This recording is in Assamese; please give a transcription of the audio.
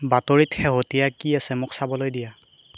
বাতৰিত শেহতীয়া কি আছে মোক চাবলৈ দিয়া